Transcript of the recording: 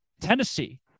Tennessee